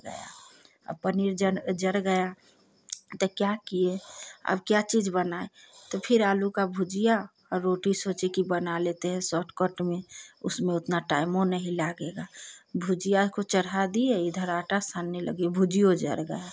और पनीर जल जल गया तो क्या किए अब क्या चीज़ बनाए तो फिर आलू का भुजिया और रोटी सोचे कि बना लेते हैं सॉटकॉट में उसमें उतना टाइमो नहीं लगेगा भुजिया को चढ़ा दिए इधर आटा सानने लगे भुजियो जल गया